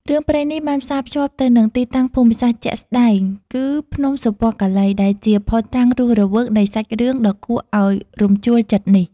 រឿងព្រេងនេះបានផ្សារភ្ជាប់ទៅនឹងទីតាំងភូមិសាស្ត្រជាក់ស្តែង គឺភ្នំសុពណ៌កាឡី ដែលជាភស្តុតាងរស់រវើកនៃសាច់រឿងដ៏គួរឲ្យរំជួលចិត្តនេះ។